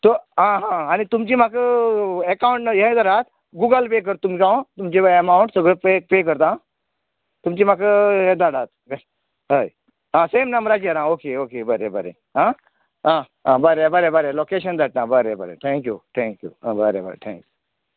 तो हां हां आनी तुमची म्हाका एकाउन्ट ये करात गुगल पे करत तुमका हांव तुमची एमाउंट सगले पे पे करता तुमचे म्हाका ये धाडात हय आं सेम नंबराचेर आं ओके ओके बरें बरें हां आं बरें बरें लोकेशन धाडटां बरें बरें थँक्यू थँक्यू आं बरें बरें थँक्यू